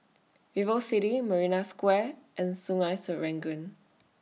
Vivocity Marina Square and Sungei Serangoon